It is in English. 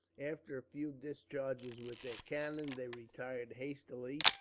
after a few discharges with their cannon they retired hastily,